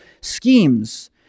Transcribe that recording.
schemes